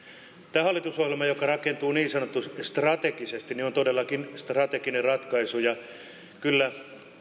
tämä hallitusohjelma joka rakentuu niin sanotusti strategisesti on todellakin strateginen ratkaisu ja kyllä